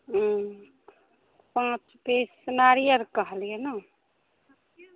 हुँ पाँच पीस नारिअर कहलिए ने